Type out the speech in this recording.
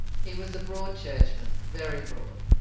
he was a broad churchman, very broad.